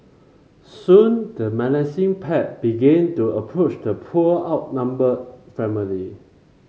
soon the menacing pack began to approach the poor outnumbered family